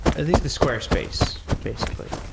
i think the squarespace basically.